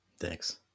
Thanks